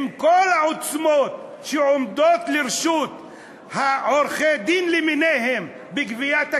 עם כל העוצמות שעומדות לרשות עורכי-הדין למיניהם בגביית הכסף?